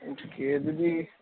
okay ꯑꯗꯨꯗꯤ